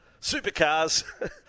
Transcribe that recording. Supercars